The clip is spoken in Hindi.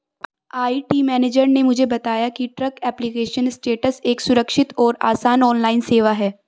आई.टी मेनेजर ने मुझे बताया की ट्रैक एप्लीकेशन स्टेटस एक सुरक्षित और आसान ऑनलाइन सेवा है